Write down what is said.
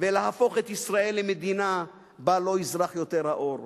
ולהפוך את ישראל למדינה שבה לא יזרח יותר האור.